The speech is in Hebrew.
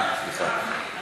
אה, סליחה.